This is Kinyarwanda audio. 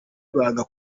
banga